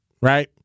right